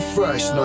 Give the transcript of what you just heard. Fresh